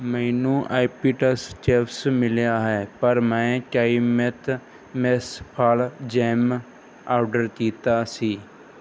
ਮੈਨੂੰ ਐਪੀਟਸ ਚਿਪਸ ਮਿਲਿਆ ਹੈ ਪਰ ਮੈਂ ਕ੍ਰਇਮਿਤ ਮਿਕਸ ਫਲ ਜੈਮ ਆਰਡਰ ਕੀਤਾ ਸੀ